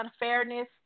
unfairness